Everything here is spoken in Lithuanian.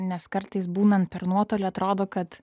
nes kartais būnant per nuotolį atrodo kad